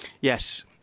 Yes